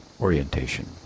orientation